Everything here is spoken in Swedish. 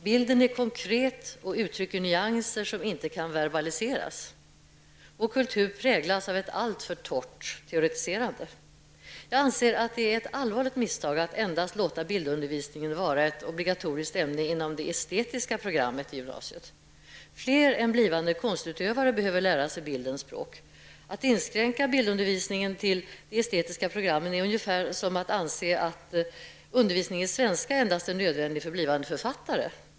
Bilden är konkret och uttrycker nyanser som inte kan verbaliseras. Kultur präglas av ett alltför torrt teoretiserande. Jag anser att det är ett allvarligt misstag att endast låta bildundervisningen vara ett obligatoriskt ämne inom det estetiska programmet i gymnasiet. Fler än blivande konstutövare behöver lära sig bildens språk. Att inskränka bildundervisningen till de estetiska programmen är ungefär som att anse att undervisning i svenska endast är nödvändig för blivande författare.